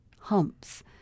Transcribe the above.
Humps